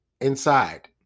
inside